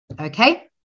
Okay